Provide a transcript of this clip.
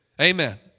Amen